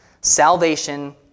salvation